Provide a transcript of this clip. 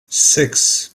six